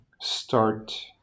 Start